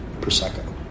Prosecco